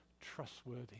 trustworthy